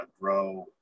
grow